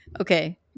Okay